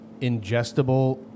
ingestible